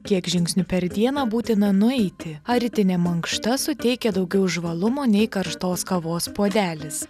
kiek žingsnių per dieną būtina nueiti ar rytinė mankšta suteikia daugiau žvalumo nei karštos kavos puodelis